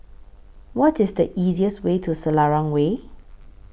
What IS The easiest Way to Selarang Way